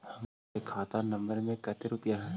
हमार के खाता नंबर में कते रूपैया है?